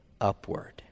upward